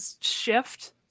shift